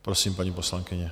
Prosím, paní poslankyně.